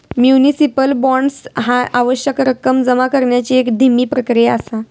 municipal bonds ह्या आवश्यक रक्कम जमा करण्याची एक धीमी प्रक्रिया असा